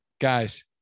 Guys